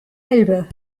elbe